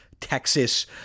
Texas